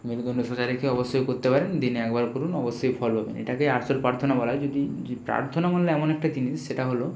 মেরুদণ্ড সোজা রেখে অবশ্যই করতে পারেন দিনে একবার করুন অবশ্যই ফল পাবেন এটাকে আসল প্রার্থনা বলা হয় যদি প্রার্থনা এমন একটা জিনিস সেটা হলো